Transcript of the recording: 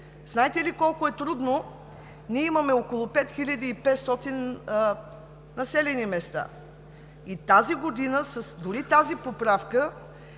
Знаете ли колко е трудно? Ние имаме около 5500 населени места и тази година, дори с тази поправка,